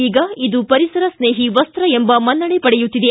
ಈಗ ಇದು ಪರಿಸರ ಸ್ನೇಹಿ ವಸ್ತ ಎಂಬ ಮನ್ನಣೆ ಪಡೆಯುತ್ತಿದೆ